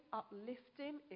uplifting